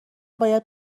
باید